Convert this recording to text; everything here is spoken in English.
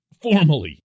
formally